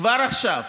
כבר עכשיו